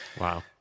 Wow